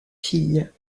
fille